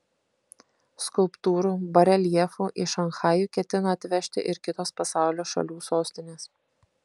skulptūrų bareljefų į šanchajų ketina atvežti ir kitos pasaulio šalių sostinės